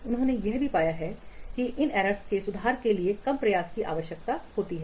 उन्होंने यह भी पाया और इन एरर्स के सुधार के लिए कम प्रयास की आवश्यकता है